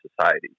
society